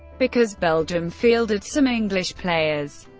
because belgium fielded some english players.